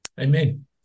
Amen